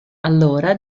allora